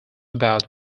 about